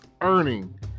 earning